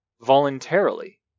voluntarily